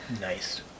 Nice